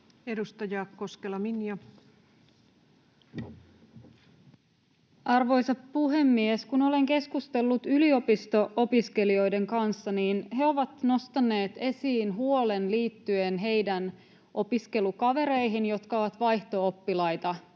17:35 Content: Arvoisa puhemies! Kun olen keskustellut yliopisto-opiskelijoiden kanssa, he ovat nostaneet esiin huolen liittyen heidän opiskelukavereihinsa, jotka ovat vaihto-oppilaina